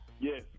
Yes